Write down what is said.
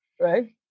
right